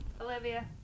Olivia